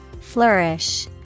Flourish